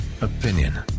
opinion